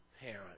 parent